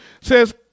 says